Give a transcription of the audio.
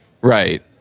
right